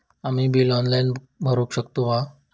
आम्ही bill online भरुक शकतू मा?